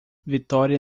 victoria